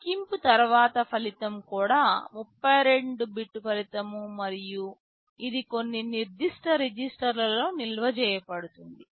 లెక్కింపు తర్వాత ఫలితం కూడా 32 బిట్ ఫలితం మరియు ఇది కొన్ని నిర్దిష్ట రిజిస్టర్లో నిల్వ చేయబడుతుంది